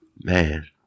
Man